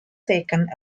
second